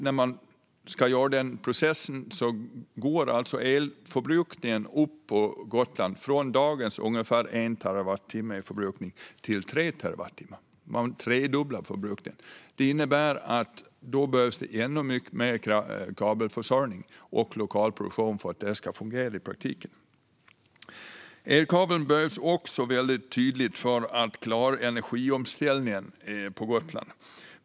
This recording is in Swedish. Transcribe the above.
När de ska göra denna process går elförbrukningen upp på Gotland, från dagens förbrukning på ca 1 terawattimme till 3 terawattimmar. De tredubblar förbrukningen. Det innebär att det då behövs ännu mer kabelförsörjning och lokal produktion för att det ska fungera i praktiken. Elkabel behövs också mycket tydligt för att klara energiomställningen på Gotland.